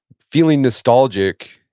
feeling nostalgic,